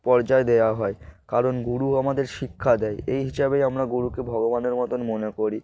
পর্যায় দেওয়া হয় কারণ গুরু আমাদের শিক্ষা দেয় এই হিসাবেই আমরা গুরুকে ভগবানের মতন মনে করি